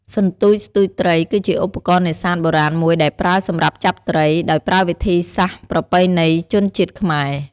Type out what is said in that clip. សន្ទួចស្ទួចត្រី គឺជាឧបករណ៍នេសាទបុរាណមួយដែលប្រើសម្រាប់ចាប់ត្រី ដោយប្រើវិធីសាស្ត្រប្រពៃណីជនជាតិខ្មែរ។